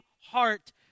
heart